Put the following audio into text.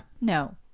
No